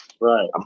Right